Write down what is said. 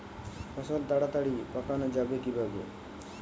ফসল তাড়াতাড়ি পাকানো যাবে কিভাবে?